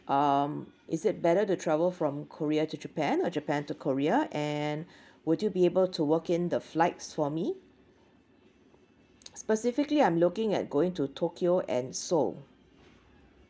um is it better to travel from korea to japan or japan to korea and would you be able to work in the flights for me specifically I'm looking at going to tokyo and seoul